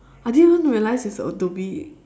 I didn't even realize it's adobe